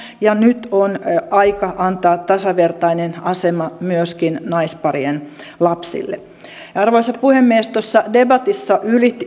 ja nyt on aika antaa tasavertainen asema myöskin naisparien lapsille arvoisa puhemies tuossa debatissa